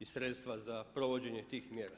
i sredstva za provođenje tih mjera.